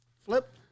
flip